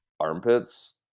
armpits